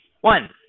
One